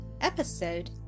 Episode